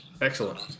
Excellent